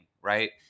right